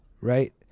right